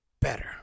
Better